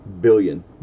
billion